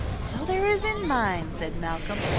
so there is in mine, said malcolm.